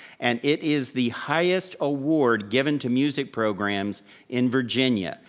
and it is the highest award given to music programs in virginia.